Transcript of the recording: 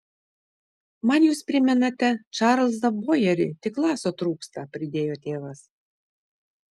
man jūs primenate čarlzą bojerį tik laso trūksta pridėjo tėvas